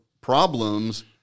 problems